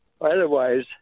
Otherwise